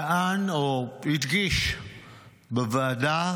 טען או הדגיש בוועדה